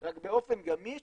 רק באופן גמיש